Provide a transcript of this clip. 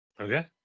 okay